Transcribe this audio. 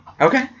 Okay